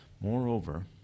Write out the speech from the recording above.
Moreover